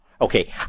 Okay